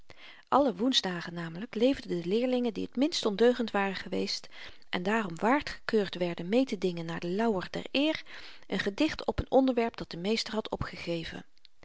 alle woensdagen namelyk leverden de leerlingen die t minst ondeugend waren geweest en daarom waard gekeurd werden meetedingen naar den lauwer der eer een gedicht op n onderwerp dat de meester had opgegeven